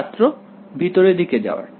ছাত্র ভিতর দিকে যাওয়ার